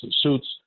suits